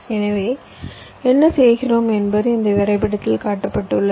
எனவே என்ன செய்கிறோம் என்பது இந்த வரைபடத்தில் காட்டப்பட்டுள்ளது